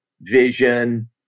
vision